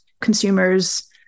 consumers